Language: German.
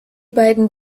beiden